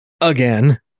Again